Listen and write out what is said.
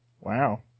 Wow